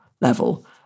level